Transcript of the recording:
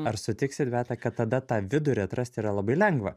ar sutiksit beata kad tada tą vidurį atrasti yra labai lengva